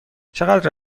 چقدر